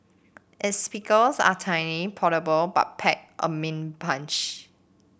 its speakers are tiny portable but pack a mean punch